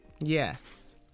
Yes